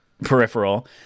peripheral